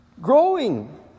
growing